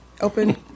open